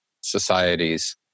societies